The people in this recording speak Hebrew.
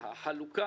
התקציב.